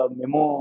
memo